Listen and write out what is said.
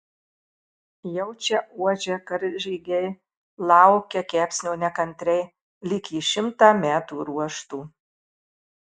jaučia uodžia karžygiai laukia kepsnio nekantriai lyg jį šimtą metų ruoštų